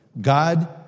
God